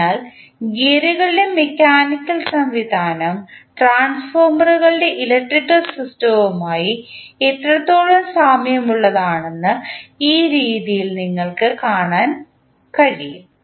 അതിനാൽ ഗിയറുകളുടെ മെക്കാനിക്കൽ സംവിധാനം ട്രാൻസ്ഫോർമറുകളുടെ ഇലക്ട്രിക്കൽ സിസ്റ്റവുമായി എത്രത്തോളം സാമ്യമുള്ളതാണെന്ന് ഈ രീതിയിൽ നിങ്ങൾക്ക് കാണാൻ കഴിയും